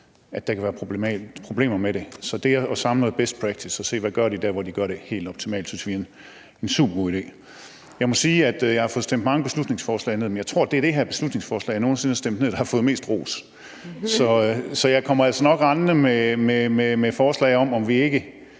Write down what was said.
at der kan være problemer med det. Så det at samle noget best practice og se, hvad de gør der, hvor de gør det helt optimalt, synes vi er en super god idé. Jeg må sige, at jeg har fået stemt mange beslutningsforslag ned, men jeg tror, at af de beslutningsforslag, jeg har fået stemt ned, er det her det, som har fået mest ros nogen sinde. Så jeg kommer altså nok rendende med forslag til, hvordan